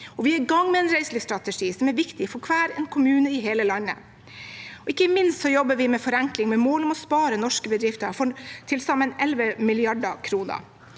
Vi er også i gang med en reiselivsstrategi, noe som er viktig for hver kommune i hele landet. Ikke minst jobber vi med forenkling, med mål om å spare norske bedrifter for til sammen 11 mrd.